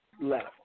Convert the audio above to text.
left